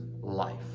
life